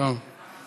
את לא עמר בר-לב.